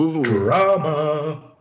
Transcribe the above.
Drama